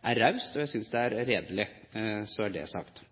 er raust, og jeg synes det er redelig – så er det sagt.